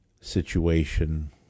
situation